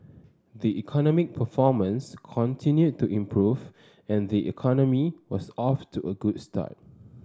the economic performance continued to improve and the economy was off to a good start